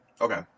Okay